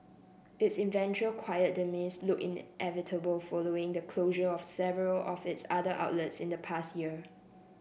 its eventual quiet demise looked inevitable following the closure of several of its other outlets in the past year